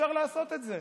אי-אפשר לעשות את זה.